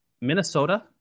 Minnesota